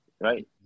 Right